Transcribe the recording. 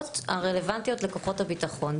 קבוצות הרלוונטיות לכוחות הביטחון,